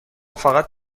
فقط